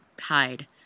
hide